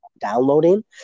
downloading